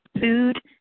food